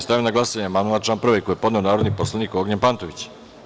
Stavljam na glasanje amandman na član 1. koji je podneo narodni poslanik Ognjen Pantović.